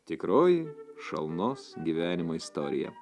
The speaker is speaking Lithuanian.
tikroji šalnos gyvenimo istorija